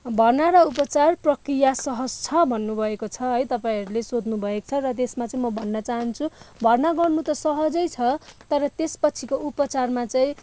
भर्ना र उपचार प्रक्रिया सहज छ भन्नुभएको छ है तपाईँहरूले सोध्नुभएको छ र त्यसमा चाहिँ म भन्न चाहन्छु भर्ना गर्नु त सहजै छ तर त्यसपछिको उपचारमा चाहिँ